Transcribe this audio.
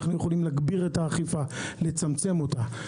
אנחנו יכולים להגביר את האכיפה או לצמצם אותה.